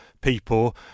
people